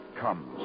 comes